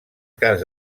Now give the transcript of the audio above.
cas